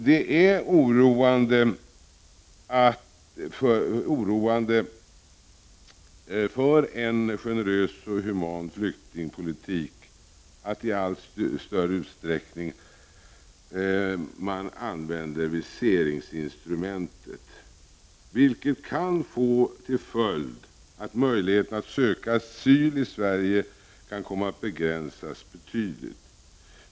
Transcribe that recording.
Det är oroande för en generös och human flyktingpolitik att man i allt större utsträckning använder viseringsinstrumentet, vilket kan få till följd att möjligheten att söka asyl i Sverige kan komma att begränsas betydligt.